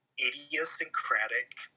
idiosyncratic